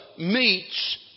Meets